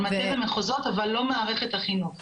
מטה ומחוזות, אבל לא מערכת החינוך.